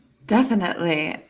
definitely.